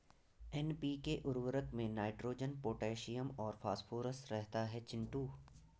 NPK उर्वरक में nitrogen potassium और फास्फोरस रहता है चिंटू